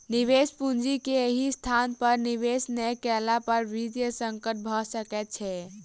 निवेश पूंजी के सही स्थान पर निवेश नै केला पर वित्तीय संकट भ सकै छै